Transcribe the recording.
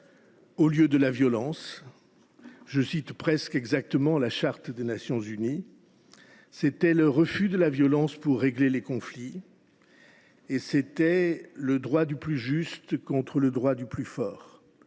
du droit sur la violence. Je cite presque exactement la Charte des Nations unies : c’était le refus de la violence pour régler les conflits, c’était le droit du plus juste contre le droit du plus fort.